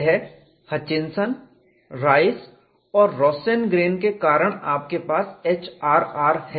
यह Hutchinson Rice और Rosengren के कारण आपके पास यह HRR है